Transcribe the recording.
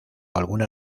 alguna